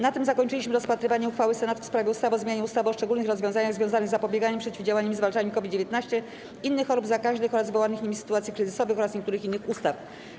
Na tym zakończyliśmy rozpatrywanie uchwały Senatu w sprawie ustawy o zmianie ustawy o szczególnych rozwiązaniach związanych z zapobieganiem, przeciwdziałaniem i zwalczaniem COVID-19, innych chorób zakaźnych oraz wywołanych nimi sytuacji kryzysowych oraz niektórych innych ustaw.